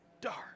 dark